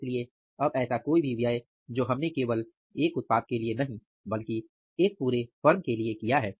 इसलिए अब ऐसा कोई भी व्यय जो हमने केवल एक उत्पाद के लिए नहीं बल्कि एक पूरे फर्म के लिए किया है